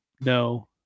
no